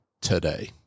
today